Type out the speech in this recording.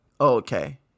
Okay